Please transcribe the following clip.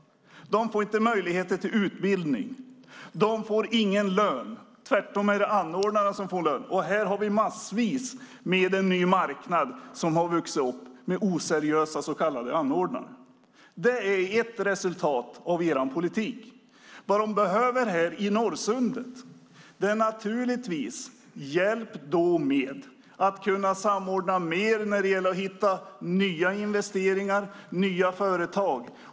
De får inte möjlighet till utbildning. De får ingen lön. Tvärtom är det anordnaren som får lön. Här har en ny marknad vuxit upp med oseriösa så kallade anordnare. Det är ett resultat av regeringens politik. Vad de behöver i Norrsundet är naturligtvis hjälp med samordningen för att hitta nya investeringar, nya företag.